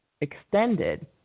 extended